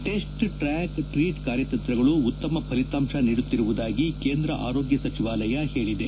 test track treat ಕಾರ್ಯತಂತ್ರಗಳು ಉತ್ತಮ ಫಲಿತಾಂಶ ನೀಡುತ್ತಿರುವುದಾಗಿ ಎಂದು ಕೇಂದ ಆರೋಗ್ಯ ಸಚಿವಾಲಯ ಹೇಳಿದೆ